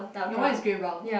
your one is grey brown